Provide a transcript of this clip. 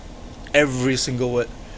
every single word